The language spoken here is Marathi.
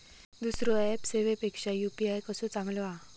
दुसरो ऍप सेवेपेक्षा यू.पी.आय कसो चांगलो हा?